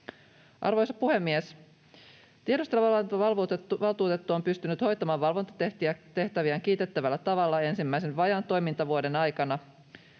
Arvoisa puhemies! Tiedusteluvalvontavaltuutettu on pystynyt hoitamaan valvontatehtäviään kiitettävällä tavalla ensimmäisen vajaan toimintavuoden aikana.